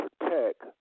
protect